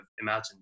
imagined